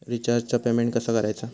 रिचार्जचा पेमेंट कसा करायचा?